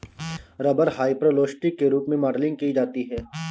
rubber hyperelastic के रूप में मॉडलिंग की जाती है